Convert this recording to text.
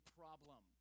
problem